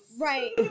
Right